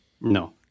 No